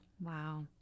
Wow